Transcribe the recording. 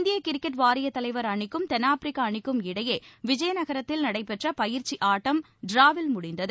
இந்திய கிரிக்கெட் வாரியத் தலைவர் அணிக்கும் தென்னாப்பிரிக்கா அணிக்கும் இடையே விஜயநகரத்தில் நடைபெற்ற பயிற்சி ஆட்டம் ட்ராவில் முடிந்தது